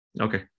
okay